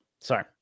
sorry